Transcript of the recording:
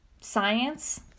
science